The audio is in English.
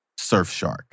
Surfshark